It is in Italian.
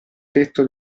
tetto